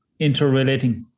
interrelating